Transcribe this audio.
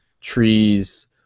Trees